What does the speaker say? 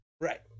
Right